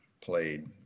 played